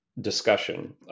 Discussion